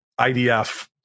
IDF